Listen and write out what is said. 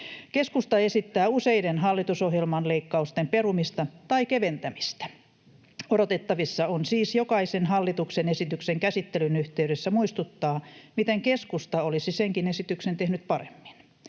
Keskusta esittää useiden hallitusohjelman leikkausten perumista tai keventämistä. Odotettavissa on siis jokaisen hallituksen esityksen käsittelyn yhteydessä muistuttaa, miten keskusta olisi senkin esityksen tehnyt paremmin.